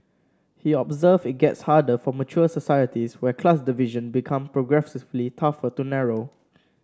he observed it gets harder for mature societies where class division become progressively tougher to narrow